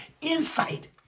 Insight